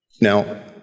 Now